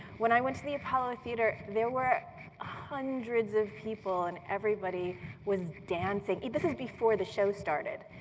when i went to the apollo theater there were hundreds of people and everybody was dancing. this was before the show started.